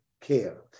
care